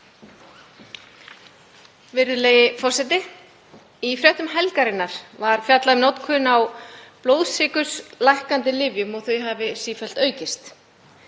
Virðulegi forseti. Í fréttum helgarinnar var fjallað um notkun á blóðsykurslækkandi lyfjum og að hún hafi sífellt aukist.